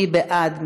מי בעד?